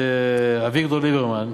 לבני ואביגדור ליברמן,